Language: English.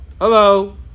Hello